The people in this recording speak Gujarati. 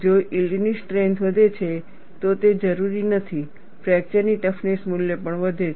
જો યીલ્ડ ની સ્ટ્રેન્થ વધે છે તો તે જરૂરી નથી ફ્રેકચર ની ટફનેસ મૂલ્ય પણ વધે છે